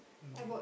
okay